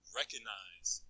recognize